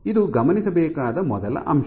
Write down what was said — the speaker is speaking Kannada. ಇದು ಗಮನಿಸಬೇಕಾದ ಮೊದಲ ಅಂಶ